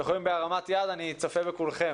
אתם יכולים להרים יד, אני צופה בכולכם.